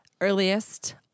earliest